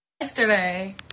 yesterday